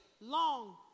long